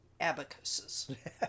abacuses